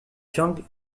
jungle